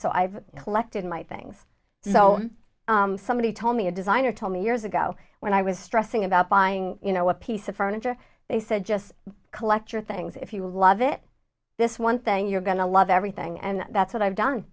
so i've collected my things so somebody told me a designer told me years ago when i was stressing about buying you know a piece of furniture they said just collect your things if you love it this one thing you're going to love everything and that's what i've done